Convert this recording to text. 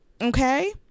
Okay